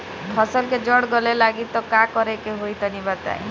फसल के जड़ गले लागि त का करेके होई तनि बताई?